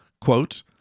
Quote